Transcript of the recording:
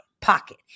pocket